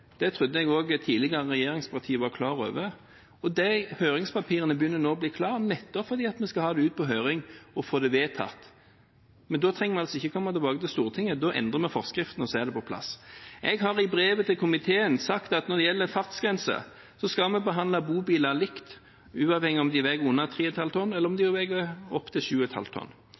Det trodde jeg også et tidligere regjeringsparti var klar over. De høringspapirene begynner nå å bli klare, nettopp fordi vi skal ha det ut på høring og få det vedtatt. Men da trenger vi altså ikke komme tilbake til Stortinget, da endrer vi forskriftene og så er det på plass. Jeg har i brevet til komiteen sagt at når det gjelder fartsgrenser, så skal vi behandle bobiler likt, uavhengig av om de veier under 3,5 tonn eller om